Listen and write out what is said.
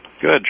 Good